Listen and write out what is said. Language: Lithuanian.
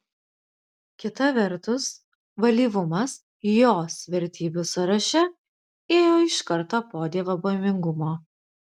kita vertus valyvumas jos vertybių sąraše ėjo iškart po dievobaimingumo